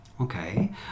Okay